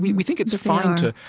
we we think it's fine to,